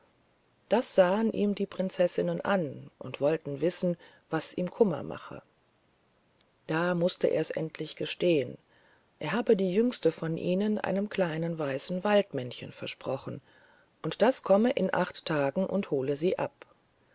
das sahen ihm die prinzessinnen an und wollten wissen was ihm kummer mache da mußt ers endlich gestehen er habe die jüngste von ihnen einem kleinen weißen waldmännchen versprochen und das komme in acht tagen und hole sie ab